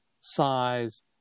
size